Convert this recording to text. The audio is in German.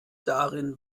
darin